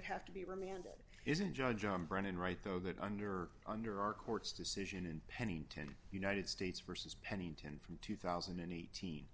would have to be remanded isn't judge john brennan right though that under under our court's decision in pennington united states versus pennington from two thousand and eighteen